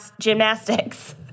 gymnastics